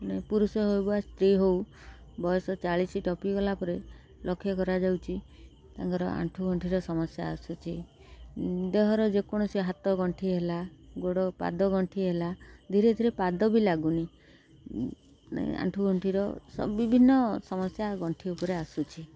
ମାନେ ପୁରୁଷ ହଉ ବା ସ୍ତ୍ରୀ ହଉ ବୟସ ଚାଳିଶ ଟପିଗଲା ପରେ ଲକ୍ଷ୍ୟ କରାଯାଉଛି ତାଙ୍କର ଆଣ୍ଠୁ ଗଣ୍ଠିର ସମସ୍ୟା ଆସୁଛି ଦେହର ଯେକୌଣସି ହାତ ଗଣ୍ଠି ହେଲା ଗୋଡ଼ ପାଦ ଗଣ୍ଠି ହେଲା ଧୀରେ ଧୀରେ ପାଦ ବି ଲାଗୁନି ଆଣ୍ଠୁଗଣ୍ଠିର ବିଭିନ୍ନ ସମସ୍ୟା ଗଣ୍ଠି ଉପରେ ଆସୁଛି